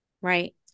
right